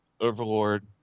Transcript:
Overlord